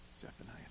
Zephaniah